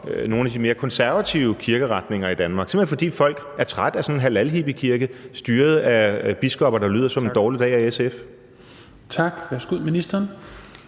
nogle af de mere konservative kirkeretninger i Danmark – simpelt hen fordi folk er trætte af sådan en halalhippiekirke styret af biskopper, der lyder som en dårlig dag i SF. Kl. 16:18 Tredje næstformand